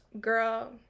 Girl